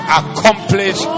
accomplish